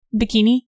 bikini